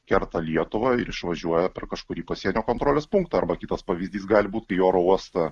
kerta lietuvą ir išvažiuoja per kažkurį pasienio kontrolės punktą arba kitas pavyzdys gali būt į oro uostą